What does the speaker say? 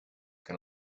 can